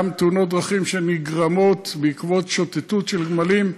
גם תאונות דרכים שנגרמות בעקבות שוטטות של גמלים.